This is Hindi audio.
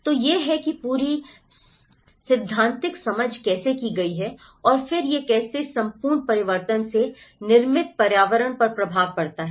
तो यह है कि पूरी सैद्धांतिक समझ कैसे की गई है और फिर यह कैसे संपूर्ण परिवर्तन से निर्मित पर्यावरण पर प्रभाव पड़ता है